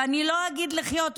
ואני לא אגיד לחיות בכבוד,